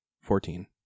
Fourteen